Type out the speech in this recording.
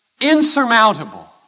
insurmountable